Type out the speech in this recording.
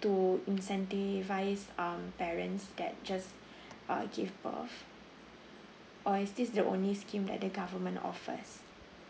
to incentivise um parents that just err give birth or is this the only scheme that the government offers